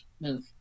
move